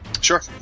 Sure